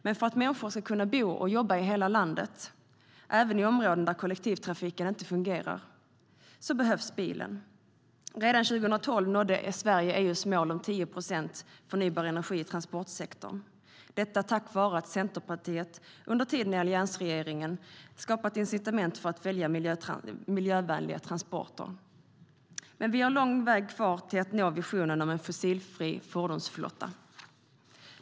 Men för att människor ska kunna bo och jobba i hela landet, även i de områden där kollektivtrafiken inte fungerar, behövs bilen. Redan 2012 nådde Sverige EU:s mål om 10 procent förnybar energi i transportsektorn. Detta skedde tack vare att Centerpartiet under tiden i alliansregeringen skapade incitament för att välja miljövänliga transporter. Men vi har en lång väg kvar till att nå visionen om en fossilfri fordonsflotta.